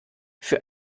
für